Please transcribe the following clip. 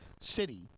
city